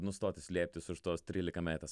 nustoti slėptis už tos trylikametės